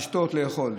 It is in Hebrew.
לשתות ולאכול.